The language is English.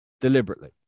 deliberately